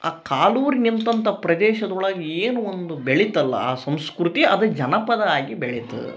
ಆ ಕಾಲೂರಿ ನಿಂತಂಥಾ ಪ್ರದೇಶದೊಳಗೆ ಏನು ಒಂದು ಬೆಳಿತಲ್ಲ ಆ ಸಂಸ್ಕೃತಿ ಅದು ಜನಪದ ಆಗಿ ಬೆಳೀತು